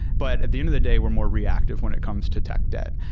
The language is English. but at the end of the day we're more reactive when it comes to tech debt.